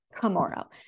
tomorrow